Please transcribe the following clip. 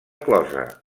closa